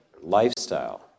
lifestyle